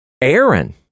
Aaron